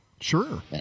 Sure